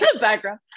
background